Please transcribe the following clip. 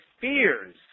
fears